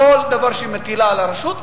כל דבר שהיא מטילה על הרשות,